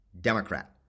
Democrat